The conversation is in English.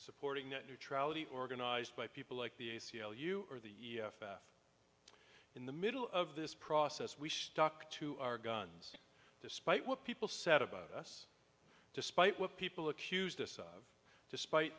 supporting net neutrality organized by people like the a c l u or the e f f in the middle of this process we stuck to our guns despite what people said about us despite what people accused us of despite